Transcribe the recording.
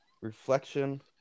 reflection